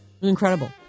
Incredible